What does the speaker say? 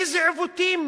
איזה עיוותים?